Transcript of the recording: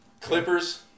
Clippers